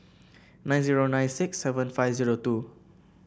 nine zero nine six seven five zero two